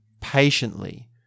patiently